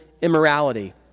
immorality